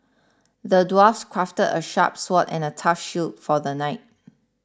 the dwarf crafted a sharp sword and a tough shield for the knight